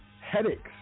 headaches